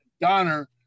Donner